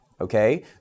okay